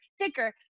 thicker